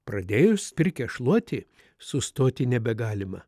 pradėjus pirkią šluoti sustoti nebegalima